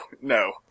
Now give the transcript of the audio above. no